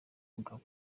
mugabo